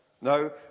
No